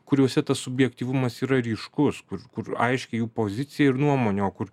kuriuose tas subjektyvumas yra ryškus kur kur aiški jų pozicija ir nuomonė o kur